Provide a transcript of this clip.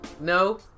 No